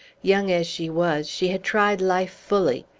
young as she was, she had tried life fully,